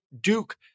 Duke